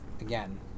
Again